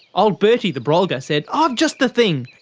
old bertie the brolga said i've just the thing!